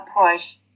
push